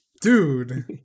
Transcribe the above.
dude